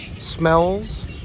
smells